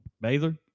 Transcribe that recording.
Baylor